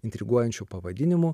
intriguojančiu pavadinimu